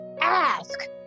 ask